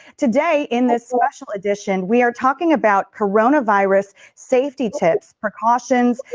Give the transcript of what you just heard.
today in the special edition, we are talking about coronavirus safety tips, precautions,